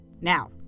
Now